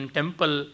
Temple